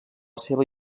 seva